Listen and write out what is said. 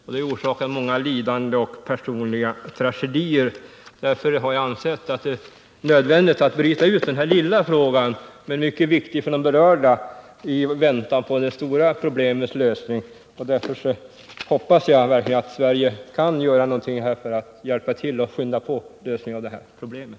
Det har orsakat svåra lidanden och personliga tragedier. Därför har jag ansett att det är nödvändigt att bryta ut den här lilla frågan, som är mycket viktig för de berörda, i väntan på det stora problemets lösning. Jag hoppas verkligen att Sverige kan göra någonting för att skynda på den lösningen.